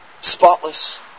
Spotless